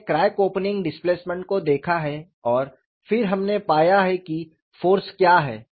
हमने crack opening displacement को देखा है और फिर हमने पाया है कि फ़ोर्स क्या है